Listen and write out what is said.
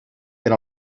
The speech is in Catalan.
per